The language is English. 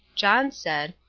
john said,